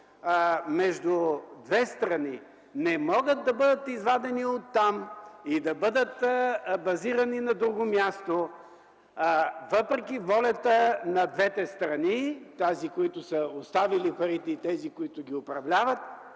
между две страни, не могат да бъдат извадени оттам и да бъдат базирани на друго място въпреки волята на двете страни – тази, която е оставила парите, и тази, която ги управлява.